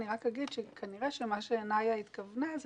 רק אגיד שכנראה שמה שענאיה התכוונה זה